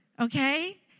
okay